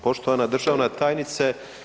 Poštovana državna tajnice.